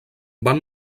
van